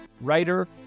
writer